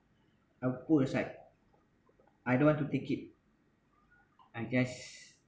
I would put aside I don't want to take it I just